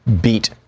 beat